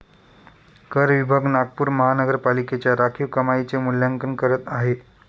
कर विभाग नागपूर महानगरपालिकेच्या राखीव कमाईचे मूल्यांकन करत आहे